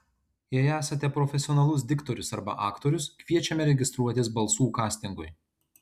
jei esate profesionalus diktorius arba aktorius kviečiame registruotis balsų kastingui